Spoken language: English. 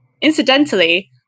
Incidentally